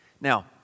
Now